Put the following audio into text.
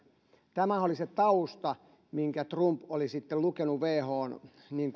tämähän oli se tausta minkä trump oli sitten lukenut whon